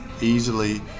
easily